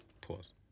Pause